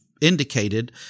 indicated